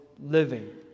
living